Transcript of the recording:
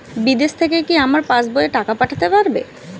বিদেশ থেকে কি আমার পাশবইয়ে টাকা পাঠাতে পারবে?